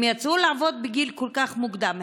הם יצאו לעבוד בגיל כל כך מוקדם.